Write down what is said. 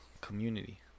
community